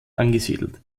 angesiedelt